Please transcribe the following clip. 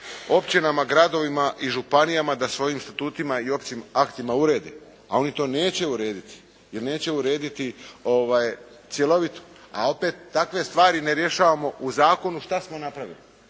općinama, gradovima i županijama da svojim institutima i općim aktima urede, a oni to neće urediti, jer neće urediti cjelovito, a opet takve stvari ne rješavao u zakonu, šta smo napravili?